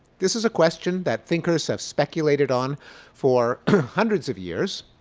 this is a question that thinkers have speculated on for hundreds of years.